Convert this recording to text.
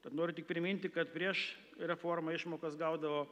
tad noriu tik priminti kad prieš reformą išmokas gaudavo